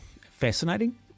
fascinating